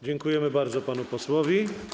Dziękujemy bardzo panu posłowi.